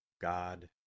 God